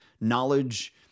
knowledge